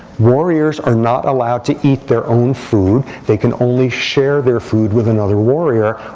warriors are not allowed to eat their own food. they can only share their food with another warrior,